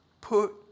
put